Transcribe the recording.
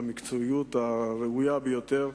במקצועיות הראויה ביותר,